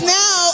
now